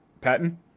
Patton